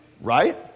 Right